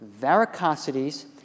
varicosities